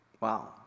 Wow